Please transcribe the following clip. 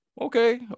Okay